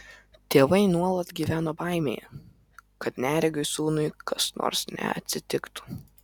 tėvai nuolat gyveno baimėje kad neregiui sūnui kas nors neatsitiktų